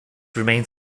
remains